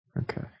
Okay